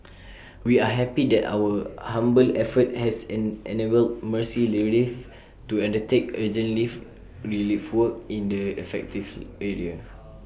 we are happy that our humble effort has in enabled mercy relief to undertake urgent live relief work in the affective area